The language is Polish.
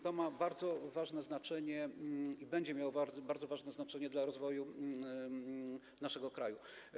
To ma bardzo duże znaczenie i będzie miało bardzo duże znaczenie dla rozwoju naszego kraju.